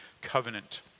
covenant